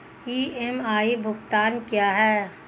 EMI भुगतान क्या है?